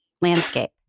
landscape